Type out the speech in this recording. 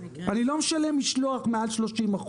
אני לא משלם משלוח מעל 30%,